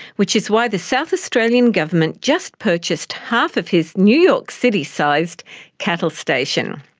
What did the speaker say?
which is why the south australian government just purchased half of his new york city-sized cattle station.